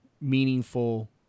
meaningful